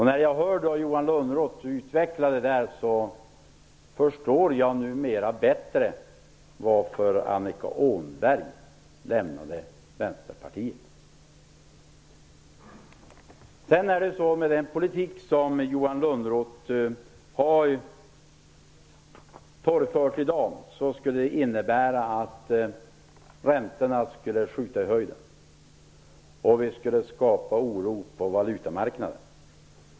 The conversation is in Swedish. När jag hör Johan Lönnroth utveckla detta förstår jag bättre varför Annika Åhnberg lämnade Vänsterpartiet. Den politik som Johan Lönnroth har torgfört i dag skulle innebära att räntorna skulle skjuta i höjden. Vi skulle skapa oro på valutamarknaden.